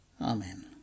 Amen